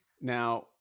now